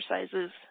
exercises